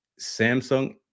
Samsung